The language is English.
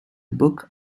book